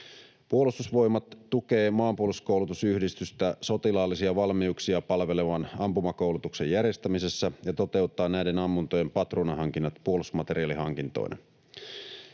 Puolustusvoimat tukee Maanpuolustuskoulutusyhdistystä sotilaallisia valmiuksia palvelevan ampumakoulutuksen järjestämisessä ja toteuttaa näiden ammuntojen patruunahankinnat puolustusmateriaalihankintoina.